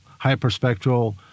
hyperspectral